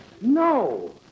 No